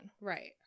right